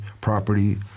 Property